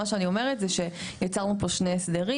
אני אומרת שצריך שני הסדרים.